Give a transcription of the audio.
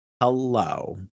Hello